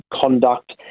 conduct